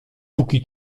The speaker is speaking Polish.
póki